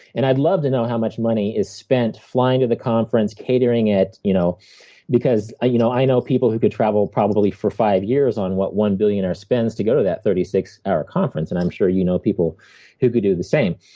and i'd love to know how much money is spent flying to the conference, catering it, you know because you know i know people who could travel probably for five years on what one billionaire spends to go to the thirty six hour conference. and i'm sure you know people would could do the same.